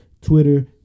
Twitter